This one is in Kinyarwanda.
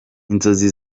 inzozi